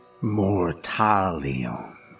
mortalium